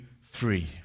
free